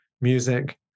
music